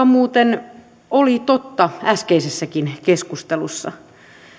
muuten oli totta äskeisessäkin keskustelussa